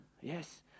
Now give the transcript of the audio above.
yes